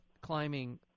climbing